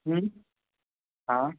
हाँ